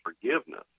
forgiveness